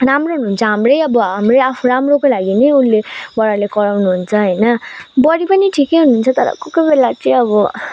राम्रो हुनुहुन्छ हाम्रै अब हाम्रै आफू राम्रोको लागि नै उसले बडाले कराउनुहुन्छ होइन बडी पनि ठिकै हुनुहुन्छ तर कोही कोही बेला चाहिँ अब